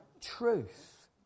truth